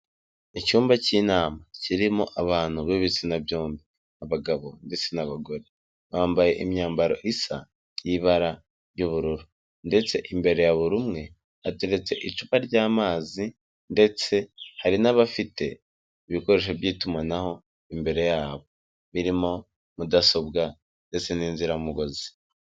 Icyumba k'inama kirimo abantu b'ibitsina byombi, abagabo ndetse n'abagore, bambaye imyambaro isa n'ibara ry'ubururu ndetse imbere ya buri umwe hateretse icupa ry'amazi ndetse hari n'abafite ibikoresho by'itumanaho, imbere yabo birimo mudasobwa ndetse n'inziramugozi.